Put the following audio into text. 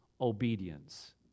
obedience